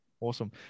Awesome